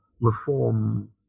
reform